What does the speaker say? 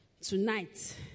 Tonight